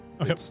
Okay